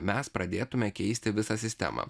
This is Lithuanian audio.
mes pradėtume keisti visą sistemą